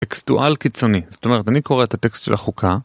טקסטואל קיצוני, זאת אומרת אני קורא את הטקסט של החוקה